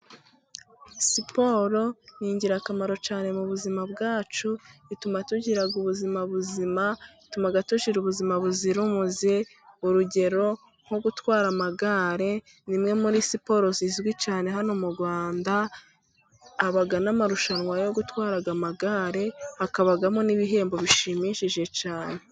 Siporo ni ingirakamaro cyane mu buzima bwacu ,ituma tugira ubuzima buzima, bituma dushyira ubuzima buzira umuze, urugero nko gutwara amagare ni imwe muri siporo zizwi cyane hano mu Rwanda haba n'amarushanwa yo gutwara aya magare, hakabamo n'ibihembo bishimishije cyane.